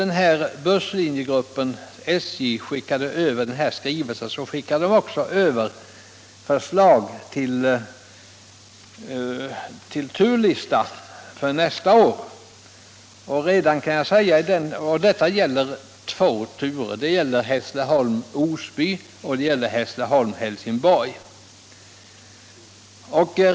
När busslinjegruppen vid SJ skickade över denna skrivelse, sände man också över förslag till turlista för nästa år. Listan gäller de två sträckningarna Hässleholm-Osby och Hässleholm-Helsingborg.